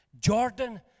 Jordan